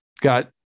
got